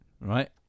Right